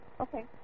Okay